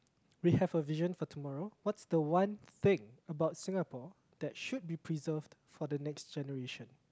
we have a vision for tomorrow what's the one thing about Singapore that should be preserved for the next generation